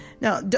Now